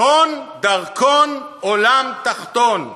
"הון, דרכון, עולם תחתון".